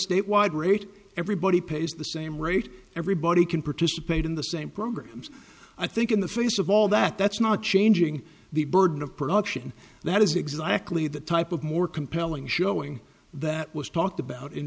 state wide rate everybody pays the same rate everybody can participate in the same programs i think in the face of all that that's not changing the burden of production that is exactly the type of more compelling showing that was talked about in